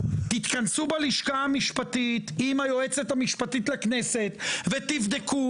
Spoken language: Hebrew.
תתכנסו בלשכה המשפטית עם היועצת המשפטית לכנסת ותבדקו